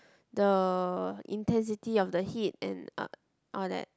the intensity of the heat and uh all that